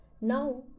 Now